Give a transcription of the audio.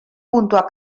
puntua